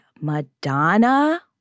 Madonna